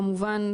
כמובן,